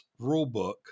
rulebook